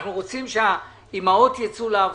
אנחנו רוצים שהאימהות יצאו לעבודה,